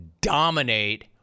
dominate